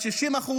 ב-60%,